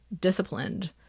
disciplined